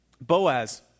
Boaz